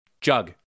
Jug